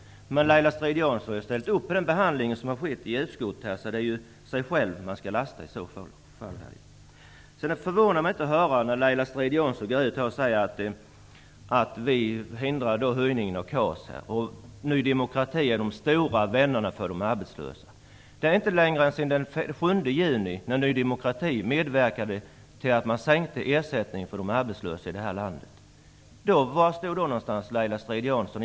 Men Laila Strid-Jansson har ju ställt upp på den behandling som har skett i utskottet, så det är sig själv hon i så fall skall lasta. Det förvånar mig inte att få höra Laila Strid Jansson säga att vi hindrade höjningen av KAS och att Ny demokrati de arbetslösas stora vän. För inte länge sedan, den 7 juni, medverkade Ny demokrati till att sänka ersättningen till de arbetslösa i det här landet. Var någonstans stod då Laila Strid-Jansson?